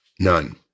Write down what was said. None